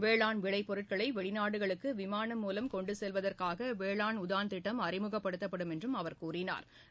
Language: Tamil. வேளாண் விளைபொருட்களை வெளிநாடுகளுக்கு விமானம் மூலம் கொன்டு செல்வதற்காக வேளாண் உதான் திட்டம் அறிமுகப்படுத்தப்படும் என்றும் அவா் கூறினாா்